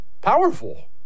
powerful